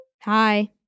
hi